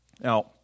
Now